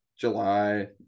July